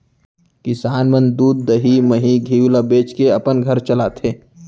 किसान मन दूद, दही, मही, घींव ल बेचके अपन घर चलाथें